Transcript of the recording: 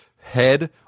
head